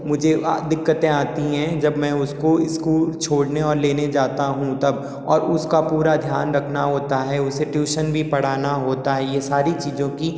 मुझे दिक्कतें आती हैं जब मैं उसको स्कूल छोड़ने और लेने जाता हूँ तब और उसका पूरा ध्यान रखना होता है उसे ट्यूशन भी पढ़ाना होता है ये सारी चीज़ों की